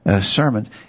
sermons